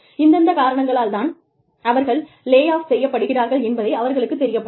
இந்தெந்த காரணங்களால் தான் அவர்கள் லே ஆஃப் செய்யப் படுகிறார்கள் என்பதை அவர்களுக்குத் தெரியப்படுத்துங்கள்